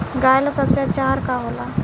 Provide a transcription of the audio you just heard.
गाय ला सबसे अच्छा आहार का होला?